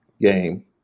game